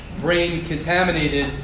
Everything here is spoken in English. brain-contaminated